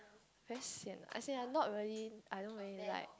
very sian as in I not really I don't really like